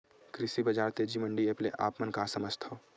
कृषि बजार तेजी मंडी एप्प से आप मन का समझथव?